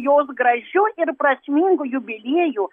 jos gražiu ir prasmingu jubilieju